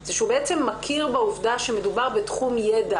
זה שהוא מכיר בעובדה שמדובר על תחום ידע,